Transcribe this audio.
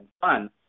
fun